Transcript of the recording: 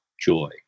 joy